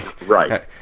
right